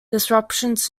disruptions